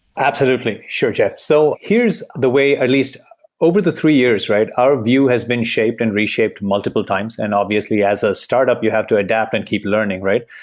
absolutely. sure, jeff. so here's the way, at least over the three years. our view has been shaped and reshaped multiple times, and obviously as a startup, you have to adapt and keep learning, right?